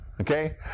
okay